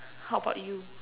how about you